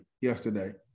yesterday